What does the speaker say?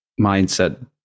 mindset